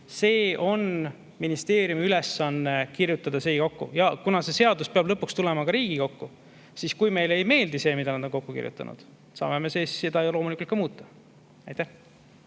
See on ministeeriumi ülesanne kirjutada see kokku. Kuna see seadus peab lõpuks tulema Riigikokku, siis kui meile ei meeldi see, mida nad on kokku kirjutanud, saame me seda ju loomulikult muuta. Aitäh!